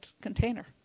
container